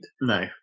no